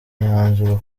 imyanzuro